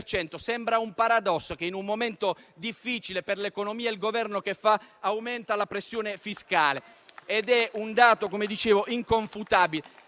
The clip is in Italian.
Sembra un paradosso: in un momento difficile per l'economia, il Governo che fa? Aumenta la pressione fiscale. È un dato, come dicevo, inconfutabile.